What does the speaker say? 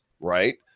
right